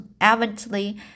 evidently